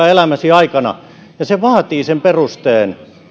elämäsi aikana se vaatii sen perusteen